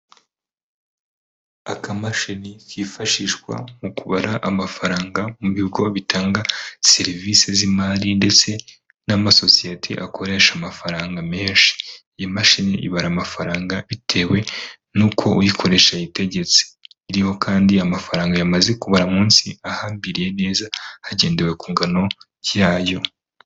Akamashini kifashishwa mu kubara amafaranga, mu bigo bitanga serivisi z'imari ndetse n'amasosiyete akoresha amafaranga menshi. Imashini ibara amafaranga bitewe n'uko uyikoresha ayitegetse. Iriho kandi amafaranga yamaze kubara munsi, ahambiriye neza hagendewe ku ngano yayo.